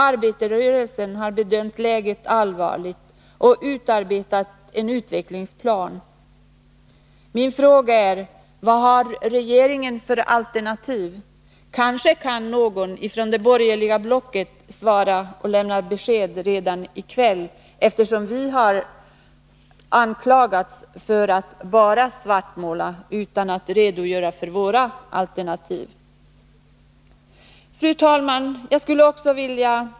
Arbetarrörelsen har bedömt läget som allvarligt och utarbetat en utvecklingsplan. Min fråga är: Vad har regeringen för alternativ? Kanske kan någon ifrån det borgerliga blocket lämna besked redan i kväll. Vi har ju anklagats för att bara svartmåla utan att redogöra för våra alternativ. Fru talman!